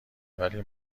ولی